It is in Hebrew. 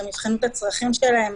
שהם יבחנו את הצרכים שלהם,